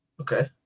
okay